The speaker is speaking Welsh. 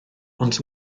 ond